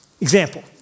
Example